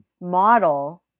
model